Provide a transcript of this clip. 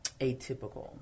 atypical